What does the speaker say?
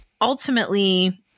ultimately